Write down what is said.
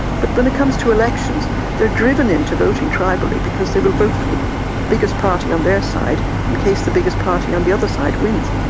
but when it comes to elections they're driven into voting tribally because they will vote for the biggest party on their side in case the biggest party on the other side wins.